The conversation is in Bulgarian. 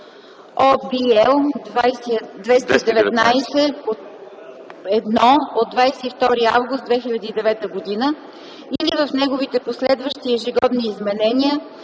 L 219/1 от 22 август 2009 г.), или в неговите последващи ежегодни изменения,